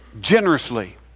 generously